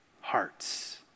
Hearts